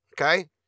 okay